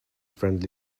friendly